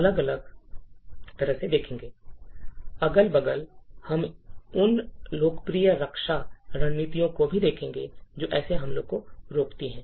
अगल बगल हम उन लोकप्रिय रक्षा रणनीतियों को भी देखेंगे जो ऐसे हमलों को रोकती हैं